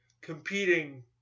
Competing